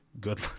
good